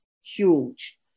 Huge